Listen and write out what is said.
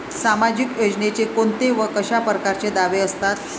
सामाजिक योजनेचे कोंते व कशा परकारचे दावे असतात?